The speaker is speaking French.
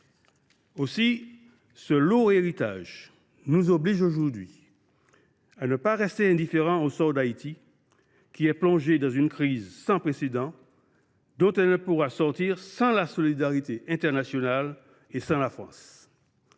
d’Haïti. Ce lourd héritage nous oblige aujourd’hui à ne pas rester indifférents au sort d’Haïti, pays plongé dans une crise sans précédent dont il ne pourra sortir sans la solidarité internationale, notamment